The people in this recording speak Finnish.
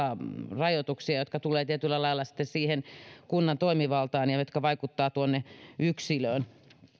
rajoituksia jotka tulevat tietyllä lailla sitten siihen kunnan toimivaltaan ja jotka vaikuttavat yksilöön